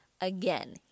Again